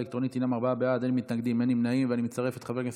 ההצעה להעביר את הנושא